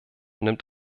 nimmt